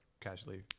casually